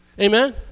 Amen